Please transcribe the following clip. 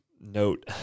note